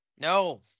No